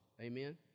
Amen